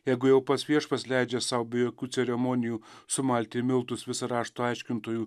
jeigu jau pats viešpats leidžia sau be jokių ceremonijų sumalti į miltus visą rašto aiškintojų